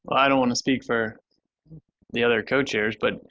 i don't want to speak for the other co-chairs. but